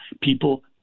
people